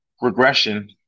regression